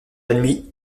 nuit